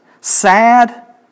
sad